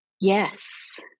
Yes